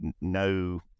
no